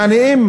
יעני,